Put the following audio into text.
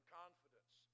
confidence